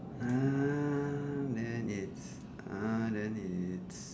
uh then it's uh then it's